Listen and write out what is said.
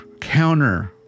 counter